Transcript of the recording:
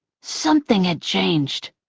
something had changed.